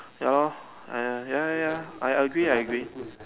ya lor err ya ya ya I agree I agree